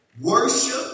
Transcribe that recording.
worship